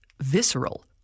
visceral